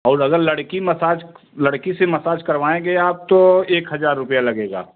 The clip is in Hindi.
और अगर लड़की मसाज लड़की से मसाज करवाएँगे आप तो एक हज़ार रूपया लगेगा